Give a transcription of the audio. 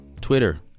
Twitter